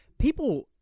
People